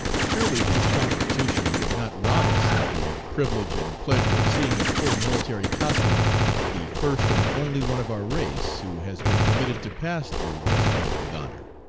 surely the constitution would not rob us of the privilege and pleasure of seeing in full military costume the first and only one of our race who has been permitted to pass through west point with honor.